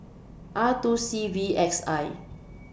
R two C V X I